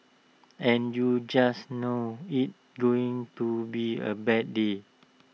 and you just know it's going to be A bad day